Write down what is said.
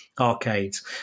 arcades